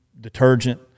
detergent